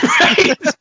Right